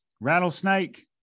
rattlesnake